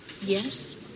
Yes